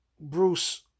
Bruce